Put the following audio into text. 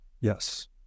Yes